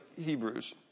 Hebrews